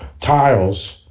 tiles